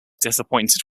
disappointed